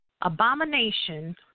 Abomination